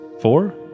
four